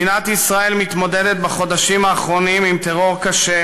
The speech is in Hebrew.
מדינת ישראל מתמודדת בחודשים האחרונים עם טרור קשה